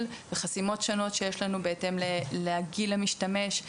וחסימות שונות שיש לנו בהתאם לגיל המשתמש,